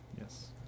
yes